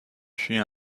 puis